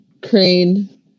crane